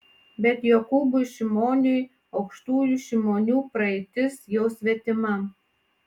bet jokūbui šimoniui aukštųjų šimonių praeitis jau svetima